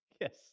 Yes